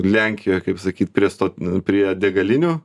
lenkijoj kaip sakyt prie sto prie degalinių